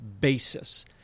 basis